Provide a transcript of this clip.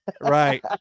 Right